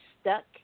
stuck